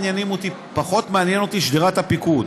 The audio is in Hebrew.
פחות מעניינת אותי שדרת הפיקוד,